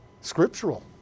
scriptural